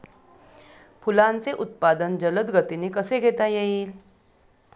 फुलांचे उत्पादन जलद गतीने कसे घेता येईल?